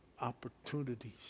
opportunities